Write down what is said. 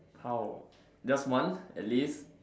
how just one at least